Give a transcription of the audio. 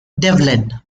devlin